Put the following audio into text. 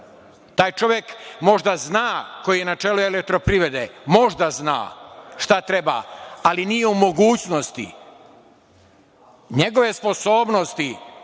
Taj čovek, koji je na čelu „Elektroprivrede“ možda zna šta treba, ali nije u mogućnosti. Njegove sposobnosti,